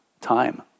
time